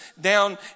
down